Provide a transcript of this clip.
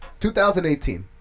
2018